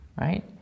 right